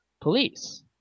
police